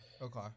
okay